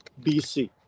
BC